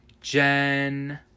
Jen